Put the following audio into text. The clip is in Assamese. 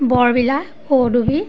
বৰবিলা পৌদহি